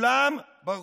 כולם ברחו.